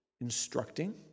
Instructing